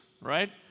right